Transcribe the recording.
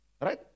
Right